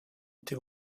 été